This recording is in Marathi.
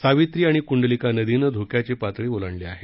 सावित्री आणि कुंडलिका नदीनं धोक्याची पातळी ओलांडली आहे